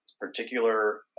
particular